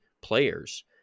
players